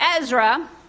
Ezra